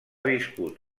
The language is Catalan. viscut